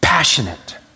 passionate